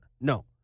No